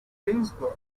greensburg